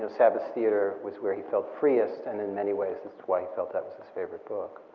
sabbath's theater was where he felt freest, and in many ways that's why he felt that was his favorite book.